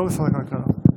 ולא הכלכלה.